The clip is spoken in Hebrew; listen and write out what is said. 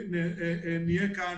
אנחנו נהיה כאן,